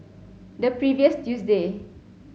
the previous Tuesday